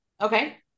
okay